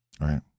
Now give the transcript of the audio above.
Right